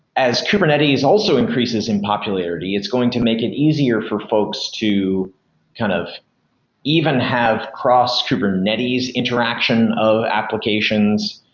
as kubernetes also increases in popularity, it's going to make it easier for folks to kind of even have cross kubernetes interaction of applications,